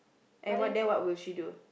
and what then what will she do